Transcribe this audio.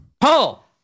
Paul